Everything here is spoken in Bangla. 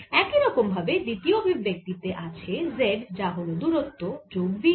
একই রকম ভাবে দ্বিতীয় অভিব্যক্তি তে আছে z যা হল দূরত্ব যোগ vt